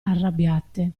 arrabbiate